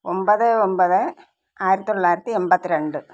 ഒൻപത് ഒൻപത് ആയിരത്തിത്തൊള്ളായിരത്തി എൺപത്തി രണ്ട്